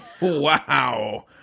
Wow